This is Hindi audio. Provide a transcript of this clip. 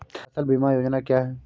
फसल बीमा योजना क्या है?